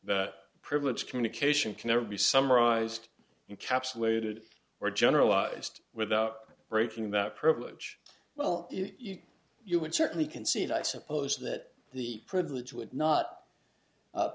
the privileged communication can never be summarized encapsulated or generalized without breaking that privilege well if you would certainly concede i suppose that the privilege would not